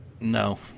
no